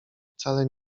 wcale